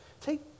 Take